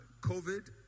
COVID